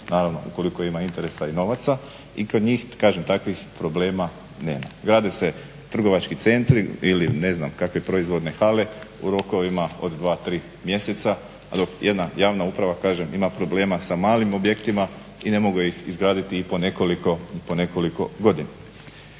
naravno ukoliko ima interesa i novaca i kod njih, kažem takvih problema nema. Grade se trgovački centri ili ne znam kakve proizvodne hale u rokovima od 2, 3 mjeseca, a dok jedna javna uprava kažem ima problema sa malim objektima i ne mogu ih izgraditi i po nekoliko godina.